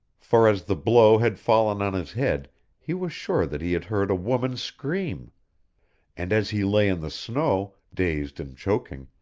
for as the blow had fallen on his head he was sure that he had heard a woman's scream and as he lay in the snow, dazed and choking,